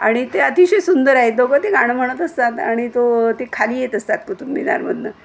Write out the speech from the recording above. आणि ते अतिशय सुंदर आहे दोघं ते गाण म्हणत असतात आणि तो ते खाली येत असतात कुतुबमिनारमधून